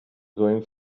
going